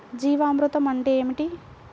జీవామృతం అంటే ఏమిటి?